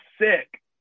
sick